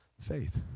faith